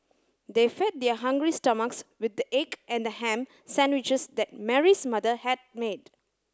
they fed their hungry stomachs with the egg and ham sandwiches that Mary's mother had made